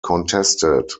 contested